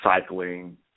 cycling